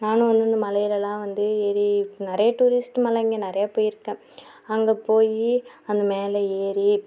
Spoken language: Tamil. நான் வந்து மலையிலலான் வந்து ஏறி நிறையா டூரிஸ்ட்டு மலைங்க நிறையா போயிருக்கேன் அங்கே போயி அந்த மேலே ஏறி